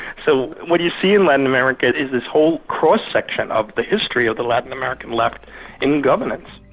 so what you see in latin america is this whole cross-section of the history of the latin american left in government.